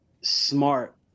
smart